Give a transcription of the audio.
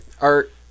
Art